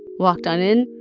walked on in.